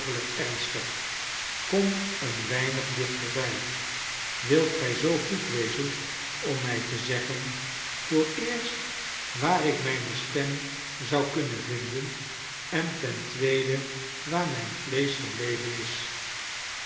ernstig kom een weinig dichter bij wilt gij zoo goed wezen om mij te zeggen vooreerst waar ik mijne stem zou kunnen vinden en ten tweede waar mijn vleesch gebleven is